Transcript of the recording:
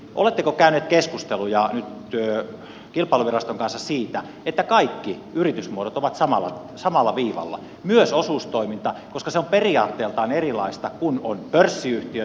oletteko käyneet keskusteluja nyt kilpailuviraston kanssa siitä että kaikki yritysmuodot ovat samalla viivalla myös osuustoiminta koska se on periaatteiltaan erilaista kuin pörssiyhtiöt tai osakeyhtiöt